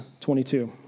22